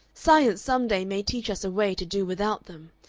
science some day may teach us a way to do without them.